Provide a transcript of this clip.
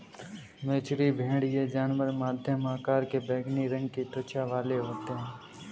मेचेरी भेड़ ये जानवर मध्यम आकार के बैंगनी रंग की त्वचा वाले होते हैं